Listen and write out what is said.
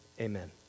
amen